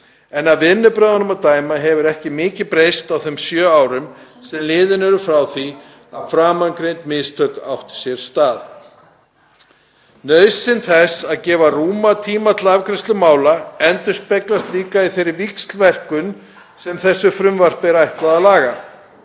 en af vinnubrögðunum að dæma hefur ekki mikið breyst á þeim sjö árum sem liðin eru frá því að framangreind mistök áttu sér stað. Nauðsyn þess að gefa rúman tíma til afgreiðslu mála endurspeglast líka í þeirri víxlverkun sem þessu frumvarpi er ætlað að laga.